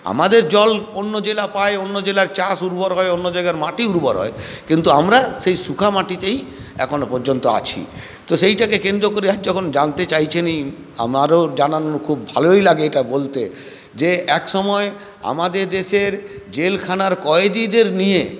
আমাদের জল অন্য জেলা পায় অন্য জেলার চাষ উর্বর হয় অন্য জায়গার মাটি উর্বর হয় কিন্তু আমরা সেই শুখা মাটিতেই এখনও পর্যন্ত আছি তো সেইটাকে কেন্দ্র করে যখন জানতে চাইছেনই আমারও জানানোর খুব ভালোই লাগে এটা বলতে যে একসময় আমাদের দেশের জেলখানার কয়েদিদের নিয়ে